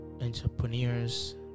entrepreneurs